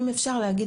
אם אפשר להגיד